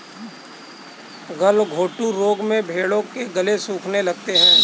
गलघोंटू रोग में भेंड़ों के गले सूखने लगते हैं